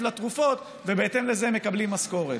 לתרופות ובהתאם לזה הם מקבלים משכורת,